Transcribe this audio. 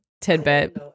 tidbit